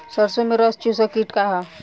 सरसो में रस चुसक किट का ह?